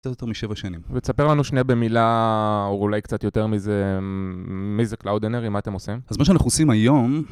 ותספר לנו שנייה במילה, או אולי קצת יותר מזה, מי זה קלאודינרי, מה אתם עושים? אז מה שאנחנו עושים היום...